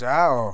ଯାଅ